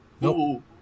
no